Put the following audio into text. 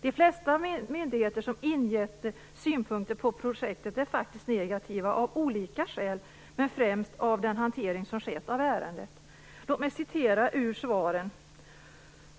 De flesta av de myndigheter som har inkommit med synpunkter på projektet är faktiskt negativa. De är negativa av olika skäl, men främst på grund av hanteringen av ärendet. Låt mig citera ur svaren.